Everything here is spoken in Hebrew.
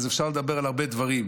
אז אפשר לדבר על הרבה דברים,